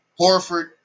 Horford